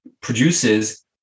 produces